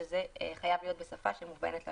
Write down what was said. שזה חייב להיות בשפה שמובנת ללקוח.